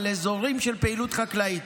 על אזורים של פעילות חקלאית.